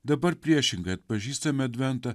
dabar priešingai atpažįstame adventą